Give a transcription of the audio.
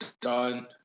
Done